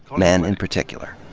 men in particular.